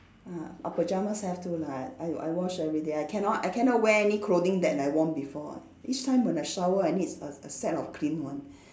ah ah pajamas have to lah I I wash everyday I cannot I cannot wear any clothing that I worn before each time when I shower I need a a set of clean one